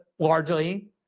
largely